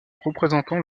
représentant